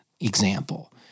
example